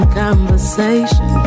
conversation